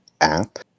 app